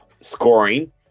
scoring